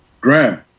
Graham